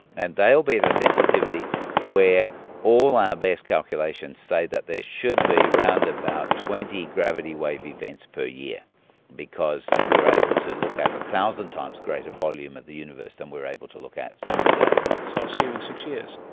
and they will be at a sensitivity where all our best calculations say that there should be around about twenty gravity wave events per year because we're able to look at a thousand times greater volume of the universe than we're able to look at today. so i'll see you in six years.